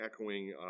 echoing